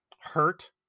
hurt